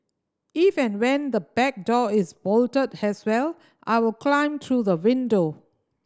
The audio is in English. if and when the back door is bolted as well I will climb through the window